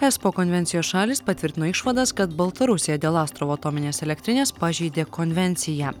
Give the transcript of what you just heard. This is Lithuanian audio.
espo konvencijos šalys patvirtino išvadas kad baltarusija dėl astravo atominės elektrinės pažeidė konvenciją